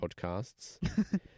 podcasts